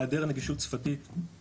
היעדר נגישות שפתית,